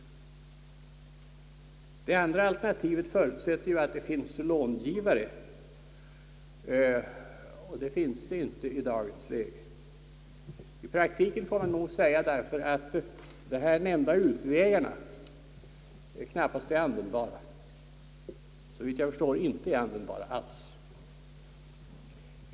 Det andra alternativet förutsätter att det finns långivare, vilket inte är fallet i dagens läge. Man får nog säga, att de nämnda utvägarna i praktiken knappast är användbara —- ja, de är, såvitt jag förstår, inte användbara alls.